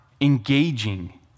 engaging